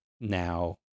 now